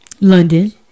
London